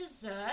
dessert